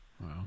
Wow